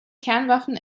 kernwaffen